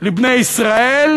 לבני ישראל: